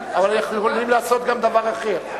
אבל אנחנו יכולים לעשות גם דבר אחר.